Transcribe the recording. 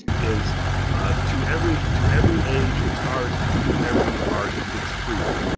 is ah to every to every age, it's art. to every art, it's freedom.